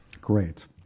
Great